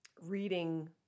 reading